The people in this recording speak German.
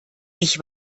ich